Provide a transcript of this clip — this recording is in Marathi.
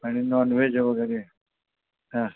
आणि नॉनव्हेज वगैरे हां